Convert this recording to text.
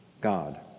God